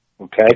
okay